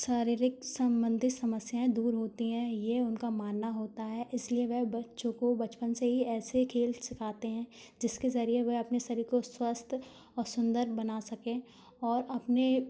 शारीरिक संबंधी समस्याएँ दूर होती हैं यह उनका मानना होता है इसलिए वह बच्चों को बचपन से ही ऐसे खेल सिखाते हैं जिसके जरिए वह अपने शरीर को स्वस्थ और सुंदर बना सकें और अपने